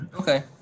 Okay